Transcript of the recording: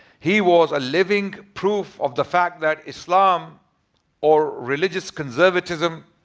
he was a living proof of the fact that islam or religious conservatism